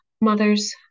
mothers